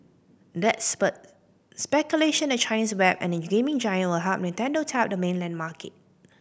that spurred speculation the Chinese web and gaming giant will help Nintendo tap the mainland market